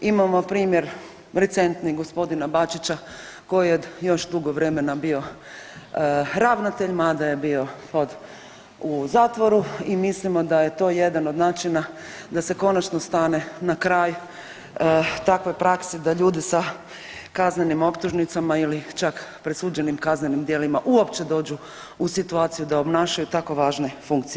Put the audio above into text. Imamo primjer recentni g. Bačića koji je još dugo vremena bio ravnatelj mada je bio pod, u zatvoru i mislimo da je to jedan od načina da se konačno stane na kraj takvoj praksi da ljude sa kaznenim optužnicama ili čak presuđenim kaznenim djelima uopće dođu u situaciju da obnašaju tako važne funkcije.